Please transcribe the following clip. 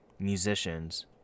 musicians